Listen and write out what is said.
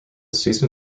season